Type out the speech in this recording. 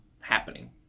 happening